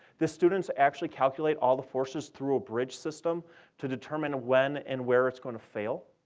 the students actually calculate all the forces through a bridge system to determine when and where it's going to fail.